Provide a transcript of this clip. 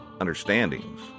understandings